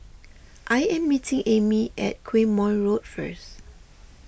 I am meeting Amy at Quemoy Road first